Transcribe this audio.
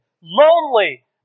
lonely